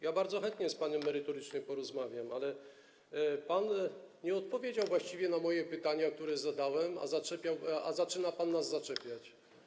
Ja bardzo chętnie z panem merytorycznie porozmawiam, ale pan nie odpowiedział właściwie na moje pytania, które zadałem, a zaczyna nas pan zaczepiać.